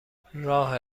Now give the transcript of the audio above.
راه